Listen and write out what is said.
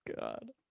God